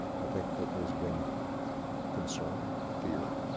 i think that there's been concern, fear,